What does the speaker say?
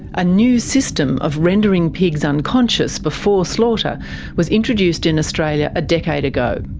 a new system of rendering pigs unconscious before slaughter was introduced in australia a decade ago.